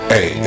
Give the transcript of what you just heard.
Hey